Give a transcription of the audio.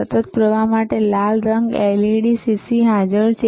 સતત પ્રવાહ માટે લાલ રંગ LED CC હાજર છે